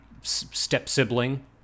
step-sibling